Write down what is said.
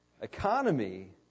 Economy